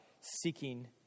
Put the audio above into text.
seeking